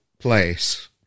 place